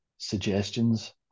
suggestions